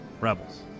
Rebels